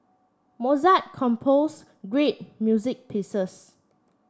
Mozart composed great music pieces